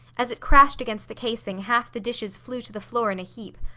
as it crashed against the casing half the dishes flew to the floor in a heap.